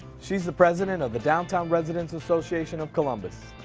she's the president of the downtown residents association of columbus.